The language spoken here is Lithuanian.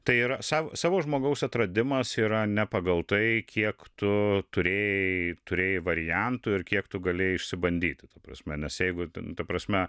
tai yra sav savo žmogaus atradimas yra ne pagal tai kiek tu turėjai turėjai variantų ir kiek tu galėjai išsibandyti ta prasme nes jeigu ten ta prasme